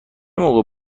موقع